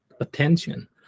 attention